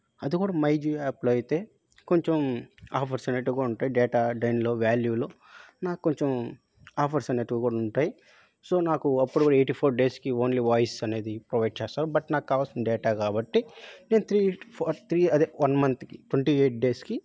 అది గూడా మైజియో యాప్లో అయితే కొంచెం ఆఫర్స్ అనేవి కూడా ఉంటాయి డేటా అడైన్లో వ్యాల్యూలో నాకు కొంచెం ఆఫర్స్ అనేవి కూడా ఉంటాయి సో నాకు అప్పుడు కూడా ఎయిటీ ఫోర్ డేస్కి ఓన్లీ వాయిస్ అనేది ప్రొవైడ్ చేస్తారు బట్ నాకు కావాల్సిన డేటా కాబట్టి నేను త్రీ ఫర్ త్రీ అదే వన్ మంత్కి ట్వంటీ ఎయిట్ డేస్కి